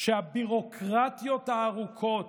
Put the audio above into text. שהביורוקרטיות הארוכות,